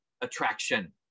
attraction